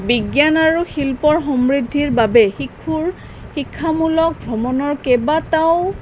বিজ্ঞান আৰু শিল্পৰ সমৃদ্ধিৰ বাবে শিশুৰ শিক্ষামূলক ভ্ৰমণৰ কেইবাটাও